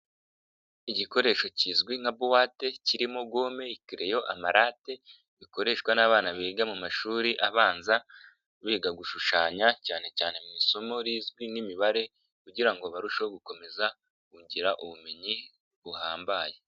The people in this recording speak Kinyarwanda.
Igikoresho kizwi nka buwate kirimo: gome, ikereyo, amarate, bikoreshwa n'abana biga mu mashuri abanza, biga gushushanya cyane cyane mu isomo rizwi n'imibare kugira ngo barusheho gukomeza kongera ubumenyi buhambaye.